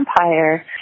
empire